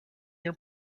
your